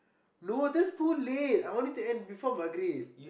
no that's too late I want it to end before maghrib